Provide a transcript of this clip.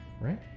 right